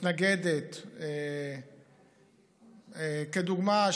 מתנגדת לדוגמה,